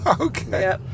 okay